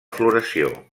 floració